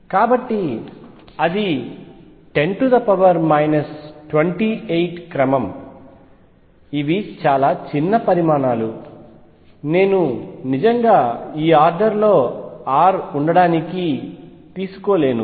కాబట్టి అది 10 28 క్రమం ఇవి చాలా చిన్న పరిమాణాలు నేను నిజంగా ఈ ఆర్డర్ లో r ఉండటానికి తీసుకోలేను